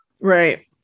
Right